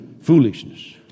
Foolishness